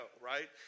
right